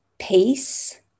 peace